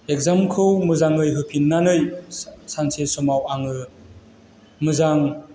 एक्जामखौ मोजाङै होफिननानै सानसे समाव आङो मोजां